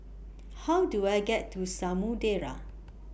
How Do I get to Samudera